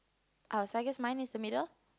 uh so I guess mine is the middle